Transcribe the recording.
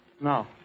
Now